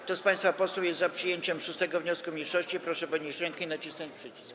Kto z państwa posłów jest za przyjęciem 6. wniosku mniejszości, proszę podnieść rękę i nacisnąć przycisk.